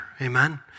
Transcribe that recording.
Amen